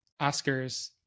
Oscars